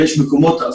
ויש מקומות,